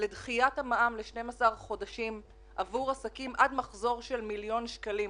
לדחיית המע"מ ל-12 חודשים עבור עסקים עד מחזור של מיליון שקלים.